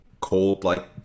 cold-like